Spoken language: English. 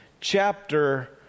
chapter